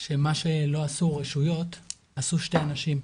שמה שלא עשו רשויות, עשו שני אנשים.